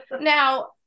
Now